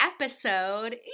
episode